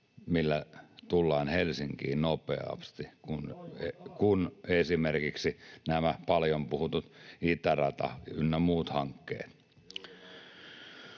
Kettunen: Toivottavasti!] kuin esimerkiksi nämä paljon puhutut itärata- ynnä muut hankkeet.